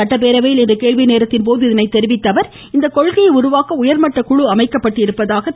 சட்டப்பேரயில் இன்று கேள்விநேரத்தின்போது இதனை தெரிவித்த அவர் இக்கொள்கையை உருவாக்க உயர்மட்ட குழு அமைக்கப்பட்டிருப்பதாக கூறினார்